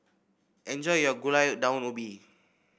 enjoy your Gulai Daun Ubi